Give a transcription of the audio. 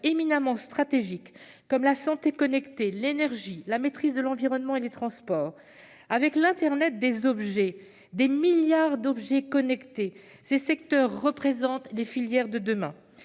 éminemment stratégiques que sont la santé connectée, l'énergie, la maîtrise de l'environnement, les transports. Avec l'internet des objets- des milliards d'objets connectés -, ces secteurs représentent les filières de demain